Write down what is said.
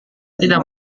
tidak